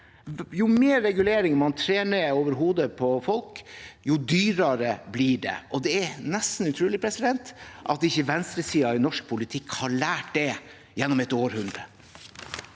Jo mer regulering man trer ned over hodet på folk, jo dyrere blir det, og det er nesten utrolig at ikke venstresiden i norsk politikk har lært det gjennom et århundre.